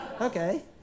Okay